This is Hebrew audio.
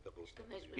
בבוקר,